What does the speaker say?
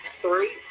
Three